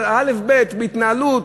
שזה אלף-בית בהתנהלות